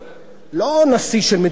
לא נשיא של מדינה קטנה,